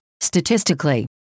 Statistically